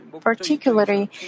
particularly